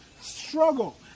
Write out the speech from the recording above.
struggle